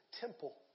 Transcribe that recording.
temple